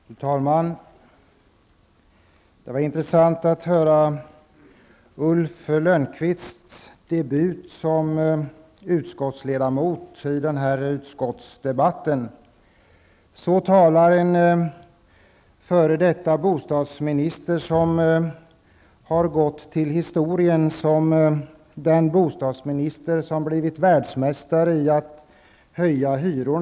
Fru talman! Det var intressant att lyssna till Ulf Lönnqvist, som i den här debatten gör sin debut som utskottsledamot. Ja, så här talar en f.d. bostadsminister som har gått till historien som den bostadsminister som har blivit världsmästare på att höja hyror.